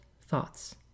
thoughts